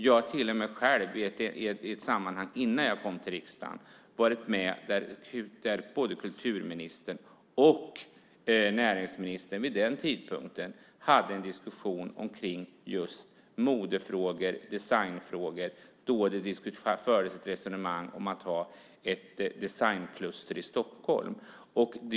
Jag har till och med själv i ett sammanhang innan jag kom till riksdagen varit med där både kulturministern och näringsministern vid den tidpunkten hade en diskussion kring just modefrågor och designfrågor, då det fördes ett resonemang om att ha ett designkluster i Stockholm.